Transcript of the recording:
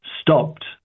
stopped